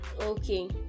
Okay